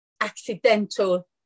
accidental